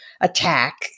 attack